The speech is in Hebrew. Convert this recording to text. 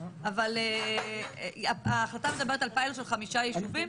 אבל ההחלטה מדברת על פיילוט של חמישה יישובים